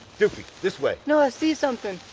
doopey, this way. no, i see something.